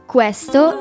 Questo